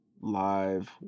live